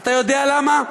אתה יודע למה?